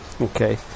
Okay